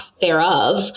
thereof